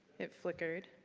it flickered.